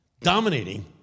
dominating